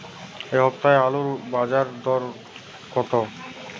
এ সপ্তাহে আলুর বাজার দর কত?